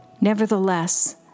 Nevertheless